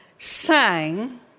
sang